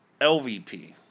LVP